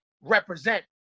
represent